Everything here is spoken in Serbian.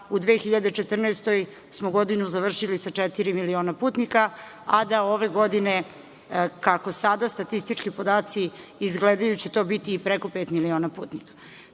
u 2014. godini smo godinu završili sa četiri miliona putnika, a da ove godine, kako statistički podaci izgledaju, to će biti i preko pet miliona putnika.